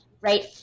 right